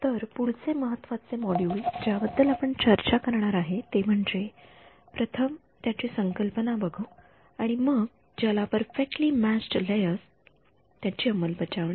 तर पुढचे महत्वाचे मोड्यूल ज्या बद्दल आपण आता चर्चा करणार आहे ते म्हणजे प्रथम त्याची संकल्पना बघू आणि मग ज्याला परफेक्टली म्यॅच्ड लेयर्स त्यांची अंमलबजावणी